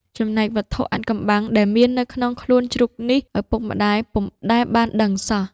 ចំណែកវត្ថុអាថ៌កំបាំង ដែលមាននៅក្នុងខ្លួនជ្រូកនេះ ឪពុកម្ដាយពុំដែលបានដឹងសោះ ។